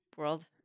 world